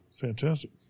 fantastic